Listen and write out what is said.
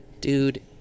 Dude